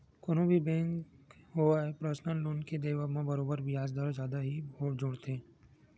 कोनो भी बेंक होवय परसनल लोन के देवब म बरोबर बियाज दर जादा ही जोड़थे